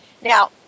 Now